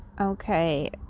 Okay